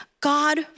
God